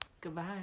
Goodbye